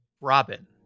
Robin